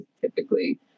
typically